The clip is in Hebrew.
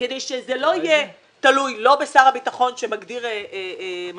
כדי שזה לא יהיה תלוי לא בשר הביטחון שמגדיר מצב